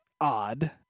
odd